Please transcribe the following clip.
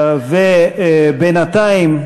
ובינתיים,